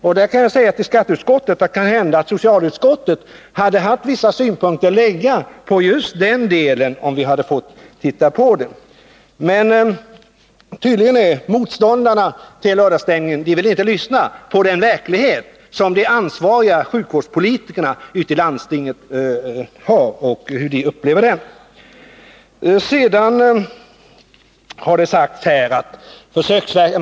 Och jag kan säga till skatteutskottet, att kanske hade vi i socialutskottet haft synpunkter att anlägga på just den delen, om vi hade fått se på förslaget. Men tydligen vill motståndarna till lördagsstängning inte kännas vid den verklighet som de ansvariga sjukvårdspolitikerna ute i landstingen arbetar i — man vill inte höra hur de upplever den.